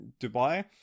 Dubai